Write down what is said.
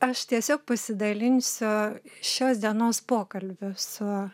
aš tiesiog pasidalinsiu šios dienos pokalbiu su